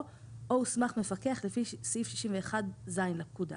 "או הוסמך מפקח לפי סעיף 61ז לפקודה";